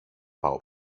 πάω